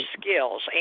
skills